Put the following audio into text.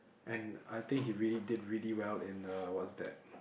and I think he really did really where in uh what's that